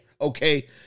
okay